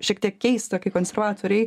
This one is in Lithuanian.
šiek tiek keista kai konservatoriai